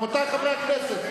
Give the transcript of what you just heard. רבותי חברי הכנסת,